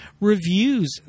reviews